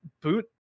boot